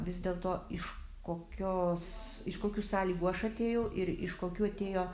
vis dėl to iš kokios iš kokių sąlygų aš atėjau ir iš kokių atėjo